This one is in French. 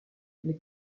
les